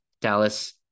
Dallas